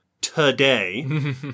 today